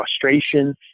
frustration